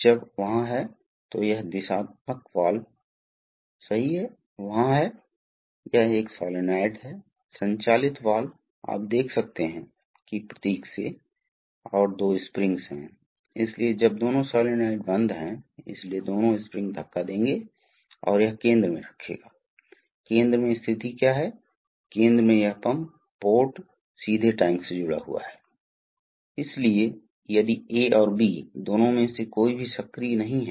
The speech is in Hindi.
आप जानते हैं जैसे चीजें चलती हैं कुछ छोटे कण घर्षण द्वारा उत्पन्न हो सकते हैं वैसे ही छोटे इसी तरह कभी कभी हवा में द्रव आ सकती है ये सभी फँसी हुई हवा धूल के कण इन चीजों को सिस्टम और द्रव से हटा दिया जाना चाहिए क्यूंकि प्रवाह इसे भी साफ करता है और इसे फिल्टर में लाता है जहां वे फ़िल्टर किए जाते हैं